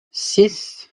six